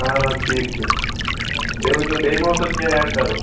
اَہَن حظ ٹھیٖک چھُ بیٚیہِ ؤنۍتو بیٚیہِِ ما اوس اَتھ کیٚنٛہہ ایڈ کَرُن